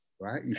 right